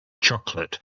chocolate